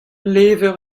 levr